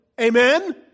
amen